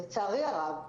לצערי הרב,